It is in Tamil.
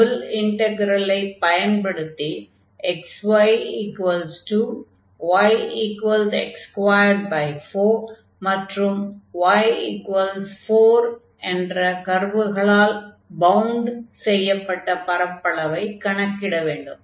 டபுள் இன்டக்ரலைப் பயன்படுத்தி xy2yx24 மற்றும் y4 என்ற கர்வுகளால் பவுண்ட் செய்யப்பட்ட பரப்பளவைக் கணக்கிட வேண்டும்